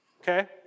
okay